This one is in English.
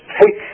take